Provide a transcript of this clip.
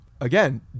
again